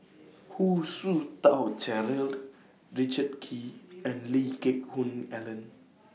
Hu Tsu Tau Richard Kee and Lee Geck Hoon Ellen